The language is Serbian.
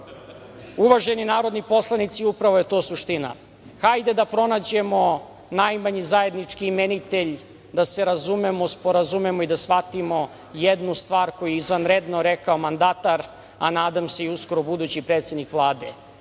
vas. Uvaženi narodni poslanici, upravo je to suština. Hajde da pronađemo najmanji zajednički imenitelj, da se razumemo, sporazumemo i da shvatimo jednu stvar koju je izvanredno rekao mandatar, a nadam se uskoro i budući predsednik Vlade,